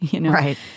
Right